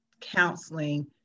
counseling